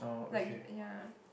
like we ya